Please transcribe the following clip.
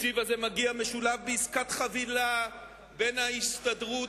התקציב הזה מגיע משולב בעסקת חבילה בין ההסתדרות,